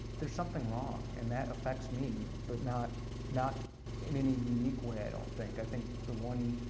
there's something wrong, and that effects me, but not not in any unique way, i don't think. i think the one,